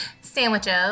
Sandwiches